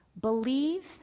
believe